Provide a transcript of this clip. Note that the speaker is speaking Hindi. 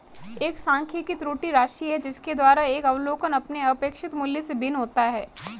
एक सांख्यिकी त्रुटि राशि है जिसके द्वारा एक अवलोकन अपने अपेक्षित मूल्य से भिन्न होता है